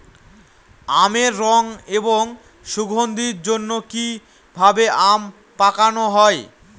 আমের রং এবং সুগন্ধির জন্য কি ভাবে আম পাকানো হয়?